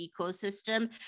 ecosystem